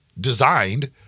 Designed